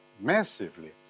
massively